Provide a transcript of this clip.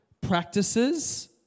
practices